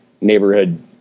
neighborhood